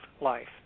life